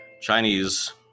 Chinese